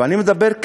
ואני מדבר,